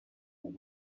ont